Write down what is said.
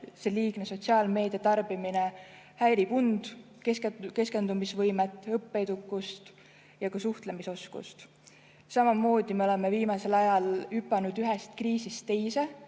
et liigne sotsiaalmeedia tarbimine häirib und, keskendumisvõimet, õppeedukust ja suhtlemisoskust. Samamoodi, me oleme viimasel ajal hüpanud ühest kriisist teise.